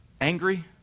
angry